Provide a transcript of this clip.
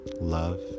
love